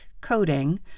coding